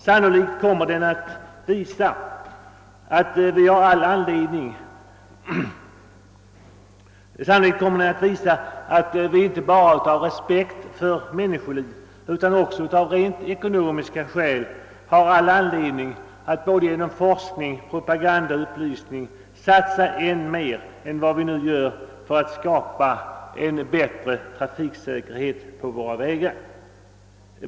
Sannolikt kommer den att visa, att vi inte bara av respekt för människoliv utan också av rent ekonomiska skäl har all anledning att genom forskning, propaganda och upplysning satsa ännu mera än vad vi nu gör för att skapa en bättre trafiksäkerhet på våra vägar.